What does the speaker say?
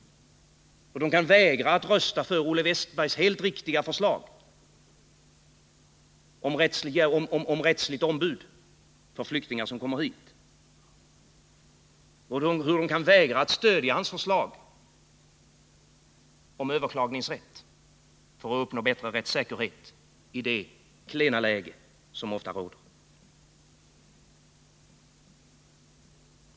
Jag förstår inte heller hur de kan vägra att rösta för Olle Wästbergs i Stockholm helt riktiga förslag om rättsligt ombud för flyktingar som kommer hit eller hur de kan vägra att stödja hans förslag om överklagningsrätt för att uppnå bättre rättssäkerhet i det klena läge som ofta råder.